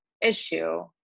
issue